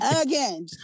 again